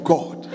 God